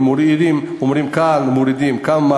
ומורידים כאן ומעלים כאן,